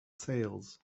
sales